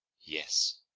yes.